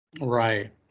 right